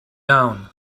down